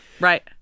right